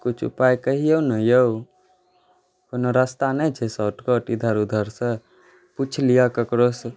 कुछ उपाय कहियौ ने यौ कोनो रास्ता नहि छै शॉर्टकट इधर उधरसँ पूछि लिअ ककरहुसँ